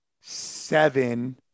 seven